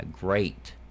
great